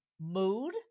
mood